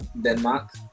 Denmark